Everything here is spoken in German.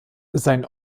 sein